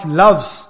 loves